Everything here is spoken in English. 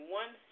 one